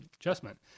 adjustment